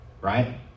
right